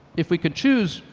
if we could choose,